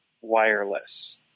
wireless